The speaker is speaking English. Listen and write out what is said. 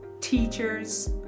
teachers